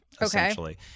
essentially